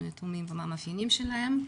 נתונים סך הכול ומה המאפיינים שלהם.